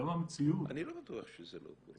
אני לא בטוח שזה לא קורה.